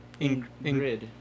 Ingrid